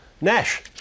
Nash